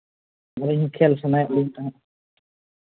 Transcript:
ᱟᱹᱞᱤᱧ ᱠᱷᱮᱞ ᱥᱟᱱᱟᱭᱮᱫ ᱞᱤᱧ ᱛᱟᱦᱮᱸ